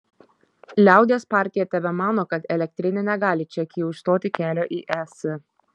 liaudies partija tebemano kad elektrinė negali čekijai užstoti kelio į es